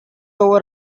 over